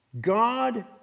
God